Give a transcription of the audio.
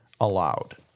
allowed